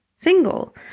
single